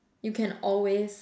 you can always